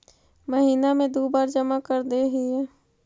महिना मे दु बार जमा करदेहिय?